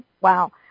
wow